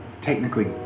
technically